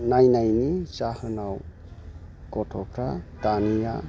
नायनायनि जाहोनाव गथ'फ्रा दानिया